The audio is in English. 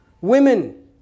women